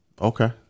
Okay